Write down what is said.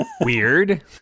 Weird